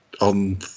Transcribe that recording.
on